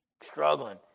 struggling